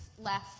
left